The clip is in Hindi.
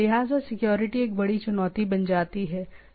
लिहाजा सिक्योरिटी एक बड़ी चुनौती बन जाती है